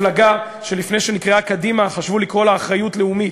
מפלגה שלפני שהיא נקראה קדימה חשבו לקרוא לה "אחריות לאומית".